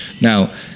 now